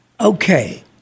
Okay